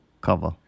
cover